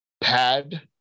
pad